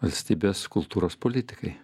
valstybės kultūros politikai